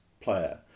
player